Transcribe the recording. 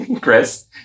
Chris